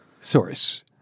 source